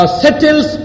settles